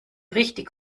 richtig